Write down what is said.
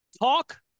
talk